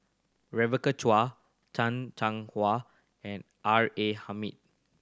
Rebecca Chua Chan Chang How and R A Hamid